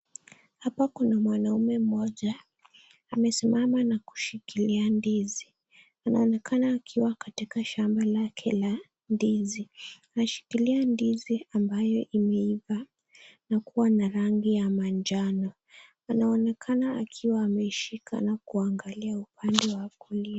Hapa kuna mwanaume mmoja amesimama na kushikilia ndizi. Anaonekana akiwa katika shamba lake la ndizi. Ameshikilia ndizi ambayo imeiva na kuwa na rangi ya manjano. Anaonekana akiwa ameshika na kuangalia upande wa kulia.